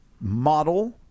model